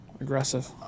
Aggressive